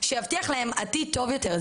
שיבטיח להם עתיד טוב יותר,